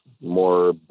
more